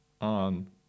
on